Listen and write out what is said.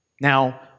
Now